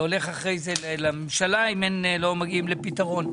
והולכים אחרי זה לממשלה אם לא מגיעים לפתרון.